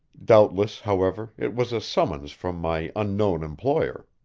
doubtless, however, it was a summons from my unknown employer.